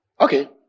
Okay